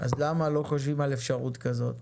למה לא חושבים על אפשרות כזאת?